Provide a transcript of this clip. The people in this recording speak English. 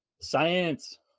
Science